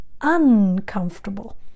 Uncomfortable